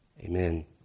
Amen